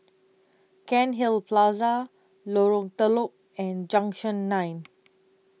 Cairnhill Plaza Lorong Telok and Junction nine